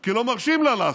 כי לא מרשים לה לעשות.